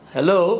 Hello